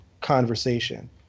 conversation